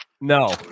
No